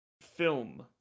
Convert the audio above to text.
film